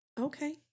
Okay